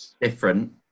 different